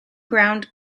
ground